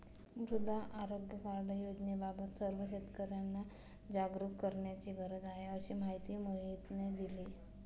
मृदा आरोग्य कार्ड योजनेबाबत सर्व शेतकर्यांना जागरूक करण्याची गरज आहे, अशी माहिती मोहितने दिली